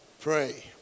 Pray